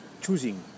choosing